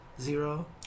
Zero